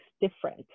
different